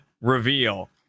reveal